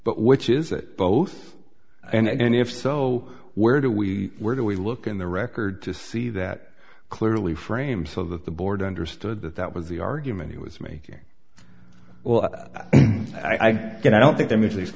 but which is it both and if so where do we were we look in the record to see that clearly frame so that the board understood that that was the argument he was making well i get i don't think the middle east